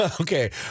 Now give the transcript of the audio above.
Okay